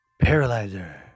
Paralyzer